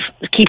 Keep